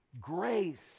Grace